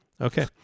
Okay